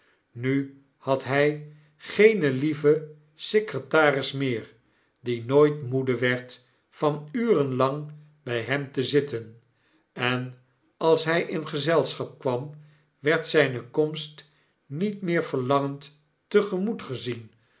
nu had hg geene lieve secretaris meer die nooit moede werd van uren lang bij hem te zitten en als hij in gezelschap kwam werd zgne komst niet meer verlangend te gemoet gezien